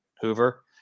Hoover